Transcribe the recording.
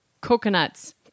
coconuts